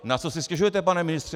Na co si stěžujete, pane ministře?